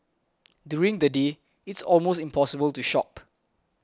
during the day it's almost impossible to shop